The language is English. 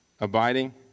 Abiding